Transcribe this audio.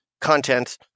content